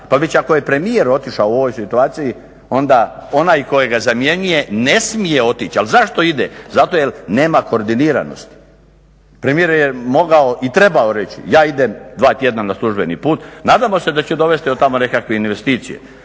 Pa već ako je premijer otišao u ovoj situaciji, onda onaj koji ga zamjenjuje ne smije otići. A zašto ide? Zato jer nema koordiniranosti. Premijer je mogao i trebao reći, ja idem dva tjedna na službeni put, nadamo se da će dovesti od tamo nekakve investicije.